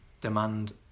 demand